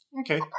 Okay